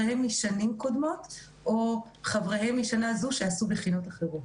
חבריהם משנים קודמות או חבריהם משנה זו שעשו בחינות אחרות.